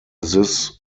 this